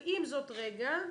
ועם זאת אני